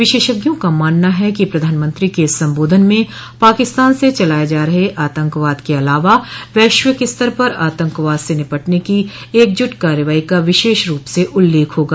विशेषज्ञों का मानना है कि प्रधानमंत्री के संबोधन में पाकिस्तान से चलाए जा रहे आतंकवाद के अलावा वैश्विक स्तर पर आतंकवाद से निपटने की एकज्ट कार्रवाई का विशेष रूप से उल्लेख होगा